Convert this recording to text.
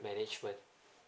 management